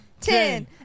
ten